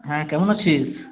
হ্যাঁ কেমন আছিস